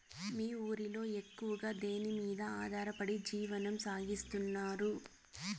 మీ ఊరిలో ఎక్కువగా దేనిమీద ఆధారపడి జీవనం సాగిస్తున్నారు?